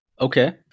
okay